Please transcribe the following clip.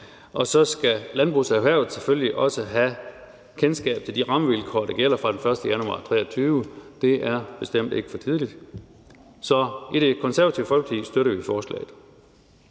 og så skal landbrugserhvervet selvfølgelig også have kendskab til de rammevilkår, der gælder fra den 1. januar 2023. Det er bestemt ikke for tidligt. Så i Det Konservative Folkeparti støtter vi forslaget.